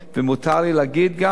ומותר לי להגיד, גם,